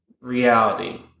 reality